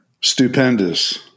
Stupendous